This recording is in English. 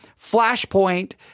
Flashpoint